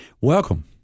welcome